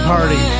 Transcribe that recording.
Party